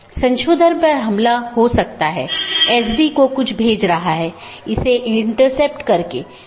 सत्र का उपयोग राउटिंग सूचनाओं के आदान प्रदान के लिए किया जाता है और पड़ोसी जीवित संदेश भेजकर सत्र की स्थिति की निगरानी करते हैं